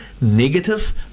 negative